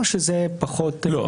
לא,